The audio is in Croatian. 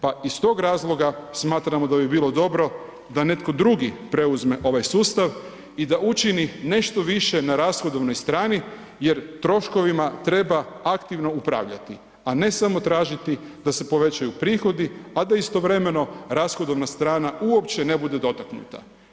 Pa iz tog razloga smatramo da bi bilo dobro da netko drugi preuzme ovaj sustav i da učini nešto više na rashodovnoj strani jer troškovima treba aktivno upravljati a ne samo tražiti da se povećaju prihodi a da istovremeno rashodovna strana uopće ne bude dotaknuta.